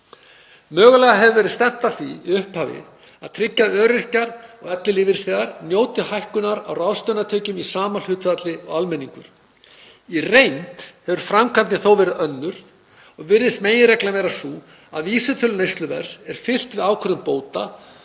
Mögulega hefur verið stefnt að því í upphafi að tryggja að öryrkjar og ellilífeyrisþegar njóti hækkunar á ráðstöfunartekjum í sama hlutfalli og almenningur. Í reynd hefur framkvæmdin þó verið önnur og virðist meginreglan vera sú að vísitölu neysluverðs er fylgt við ákvörðun bóta